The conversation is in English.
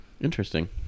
Interesting